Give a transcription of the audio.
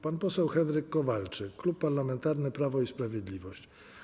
Pan poseł Henryk Kowalczyk, Klub Parlamentarny Prawo i Sprawiedliwość.